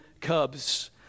cubs